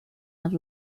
have